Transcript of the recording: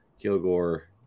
Kilgore